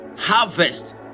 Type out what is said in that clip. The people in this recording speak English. Harvest